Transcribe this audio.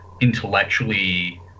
intellectually